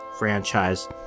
franchise